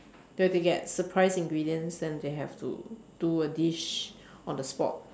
they have to get surprise ingredients and they have to do a dish on the spot